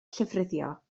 llofruddio